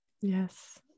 Yes